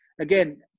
again